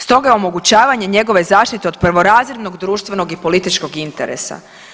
Stoga je omogućavanje njegove zaštite od prvorazrednog društvenog i političkog interesa.